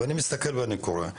אבל אני מסתכל ואני רואה,